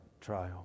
trial